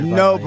no